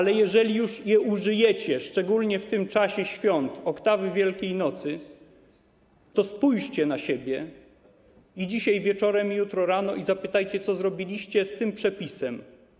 Ale jeżeli już go użyjecie, szczególnie w tym czasie świąt, oktawy Wielkiejnocy, to spójrzcie na siebie i dzisiaj wieczorem, i jutro rano i zapytajcie, co zrobiliście z tym przepisem.